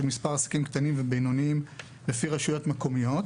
מספר עסקים קטנים ובינוניים לפי רשויות מקומיות,